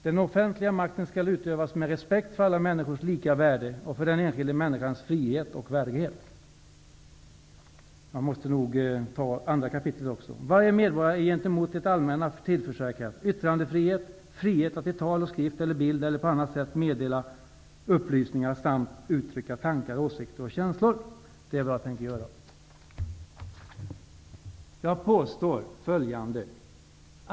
''Den offentliga makten skall utövas med respekt för alla människors lika värde och för den enskilda människans frihet och värdighet.'' Jag måste också citera ur 2 kap., 1 §: ''Varje medborgare är gentemot det allmänna tillförsäkrad 1. yttrandefrihet: frihet att i tal, skrift eller bild eller på annat sätt meddela upplysningar samt uttrycka tankar, åsikter och känslor.'' Det är vad jag tänker göra. Jag påstår följande.